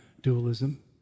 dualism